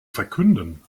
verkünden